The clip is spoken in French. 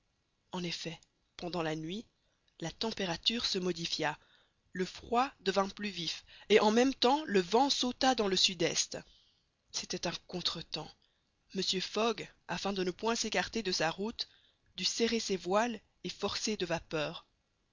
en effet pendant la nuit la température se modifia le froid devint plus vif et en même temps le vent sauta dans le sud-est c'était un contretemps mr fogg afin de ne point s'écarter de sa route dut serrer ses voiles et forcer de vapeur